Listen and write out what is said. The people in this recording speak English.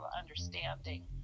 understanding